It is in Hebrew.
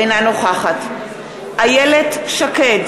אינה נוכחת איילת שקד,